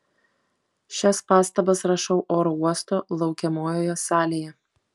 šias pastabas rašau oro uosto laukiamojoje salėje